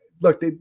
Look